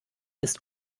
ist